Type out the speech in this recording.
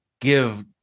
give